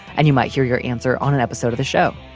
and you might hear your answer on an episode of the show.